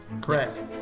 correct